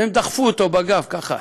והם דחפו אותו בגב, ככה.